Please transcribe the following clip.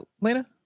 Lena